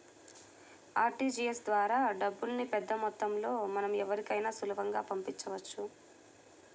RTGS ద్వారా డబ్బుల్ని పెద్దమొత్తంలో మనం ఎవరికైనా సులువుగా పంపించవచ్చు